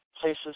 places